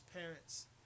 parents